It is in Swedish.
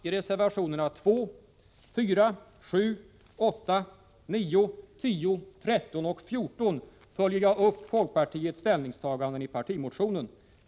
I reservationerna 2, 4, 7, 8, 9, 10, 13 och 14 följer jag upp folkpartiets ställningstaganden i partimotionen.